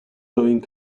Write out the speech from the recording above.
going